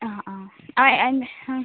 അ